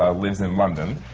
ah lives in london.